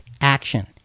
action